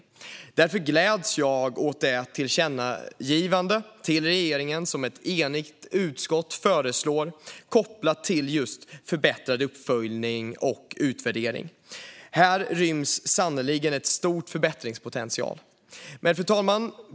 Därför gläds jag åt det tillkännagivande till regeringen som ett enigt utskott föreslår kopplat till just förbättrad uppföljning och utvärdering. Här ryms sannerligen en stor förbättringspotential. Fru talman!